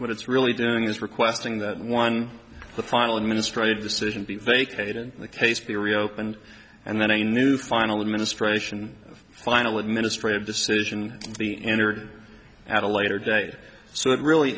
what it's really doing is requesting that one the final administrative decision be vacated the case be reopened and then a new final administration final administrative decision the entered at a later date so it really